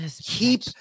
keep